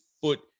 foot